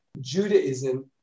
Judaism